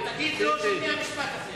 תגיד לו של מי המשפט הזה.